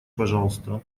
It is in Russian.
пожалуйста